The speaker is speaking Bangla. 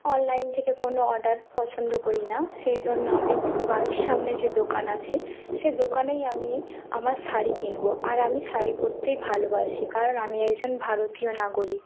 অনলাইন থেকে কোনো অর্ডার পছন্দ করি না সেই জন্য আমি বাড়ির সামনে যে দোকান আছে সে দোকানেই আমি আমার শাড়ি কিনবো আর আমি শাড়ি পরতেই ভালোবাসি কারণ আমি একজন ভারতীয় নাগরিক